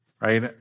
Right